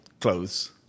clothes